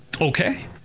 Okay